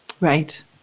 Right